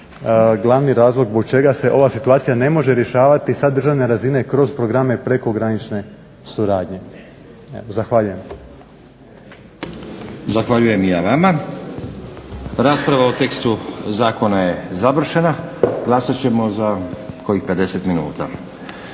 glavni razlog zbog čega se ova situacija ne može rješavati sa državne razine kroz programe prekogranične suradnje. Zahvaljujem. **Stazić, Nenad (SDP)** Zahvaljujem i ja vama. Rasprava o tekstu zakona je završena. Glasat ćemo za kojih 50 minuta.